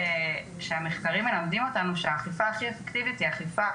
המחקרים מלמדים אותנו שהאכיפה הכי אפקטיבית היא אכיפה